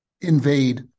invade